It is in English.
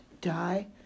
die